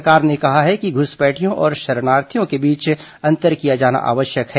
सरकार ने कहा है कि घुसपैठियों और शरणार्थियों के बीच अंतर किया जाना आवश्यक है